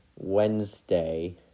Wednesday